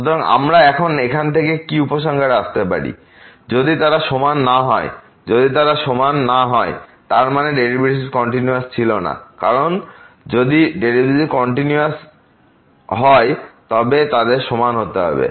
সুতরাং আমরা এখান থেকে কি উপসংহারে আসতে পারি যদি তারা সমান না হয় যদি তারা সমান না হয় তার মানে ডেরিভেটিভস কন্টিনিউয়াস ছিল না কারণ যদি ডেরিভেটিভস কন্টিনিউয়াসহয় তবে তাদের সমান হতে হবে